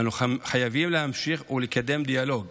אנו חייבים להמשיך ולקדם דיאלוג